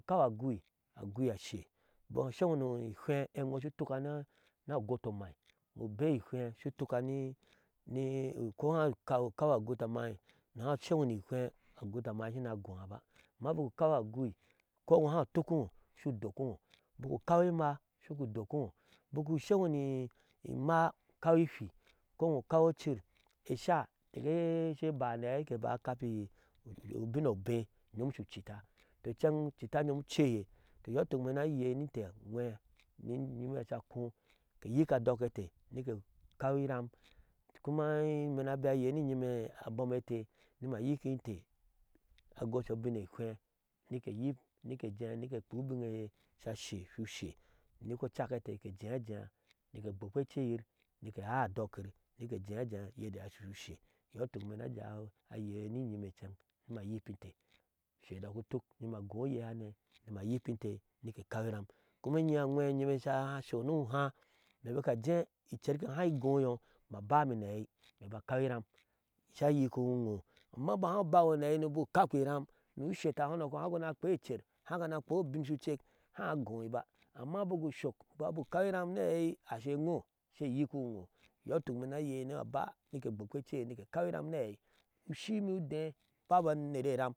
Ukaw agui agui ashee bik ushengo ninihwɛɛ shu tuka ni a gotomai ubea inhwɛɛ shu utuka ko igga ukaw agotamai ni ihwɛɛ ishego ni ihwe bik akaw ayui ko ino haa utukino shu dokkiŋo. bik ukaw imaa shugu udokiŋo, bik usheŋo ni imaa shuguudokido, bik usheno ni imaa, ukaw ihwi koo iyo ukaw ocir. esha keke she eba ni aei ke ba akapi ubin obee inyom shu ucitta, tɔɔ incɛn ucitta nyom uceye, tɔɔ iyɔɔ ituk ime ni ayei ni inte agwɛɛ ni inyime sha akɔɔ ke yik andok e inte nike kaw iram kuma ime ni abema ayei ni nyime abom e inte ni ma nyikintee agoshi obin eihwe nike ejea ajea nike gbokpe eceyir nike igai anbdokyir uyede eye sha shui ushe iyɔɔ ituk imee ni aja ayee oye ni nyime ni ma nyipinte ushe udak utuk ni ma agoo oyehane ni ma nyipinte ni ke ekaw iram. kuma inyime anwɛɛ enyi me sha sho ni ohaa ma bik ajɛɛ icerke haa igoyo ma ba yim ni aei, ma ba akaw iram sha yikihe, iŋo, amma bik haa ubaŋo ni aɛimba ukakpi iram ni usheta mihɔnɔkɔ haa guna akpeti ker, haa guna akpei ubin shucek haa agoiba, amma bik ushok babu ukaw iram ni aei asho eiyo she eyikiwiŋo iyɔɔ ituk ime ni ayei ni aba nike gbokpe eceyir nike ekaw iram ni aei, ushii me ude ba ba aner eram.